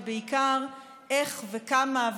ובעיקר איך וכמה,